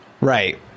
Right